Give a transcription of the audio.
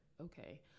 okay